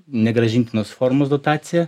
negrąžintinos formos dotacija